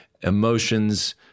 emotions